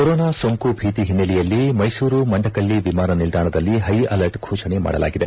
corona ಸೋಂಕು ಭೀತಿ ಹಿನ್ನೆಲೆಯಲ್ಲಿ ಮೈಸೂರು ಮಂಡಕಳ್ಳಿ ವಿಮಾನ ನಿಲ್ದಾಣದಲ್ಲಿ ಹೈ ಅಲರ್ಟ್ ಘೋಷಣೆ ಮಾಡಲಾಗಿದೆ